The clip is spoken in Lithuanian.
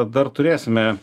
dar turėsime